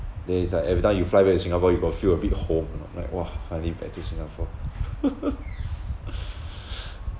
then is like every time you fly back to singapore you got feel a bit home you know like !wah! I live at this singapore